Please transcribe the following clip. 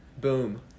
Boom